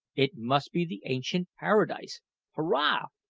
it must be the ancient paradise hurrah!